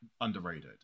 underrated